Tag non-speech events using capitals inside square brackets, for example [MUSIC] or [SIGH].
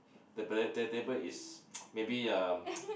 the the table is [NOISE] maybe uh [NOISE]